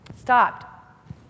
stopped